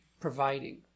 providing